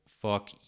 fuck